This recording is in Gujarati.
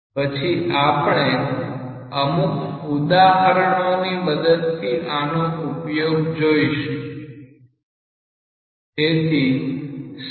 પછી આપણે અમુક ઉદહારણોની મદદથી આનો ઉપયોગ જોઈશું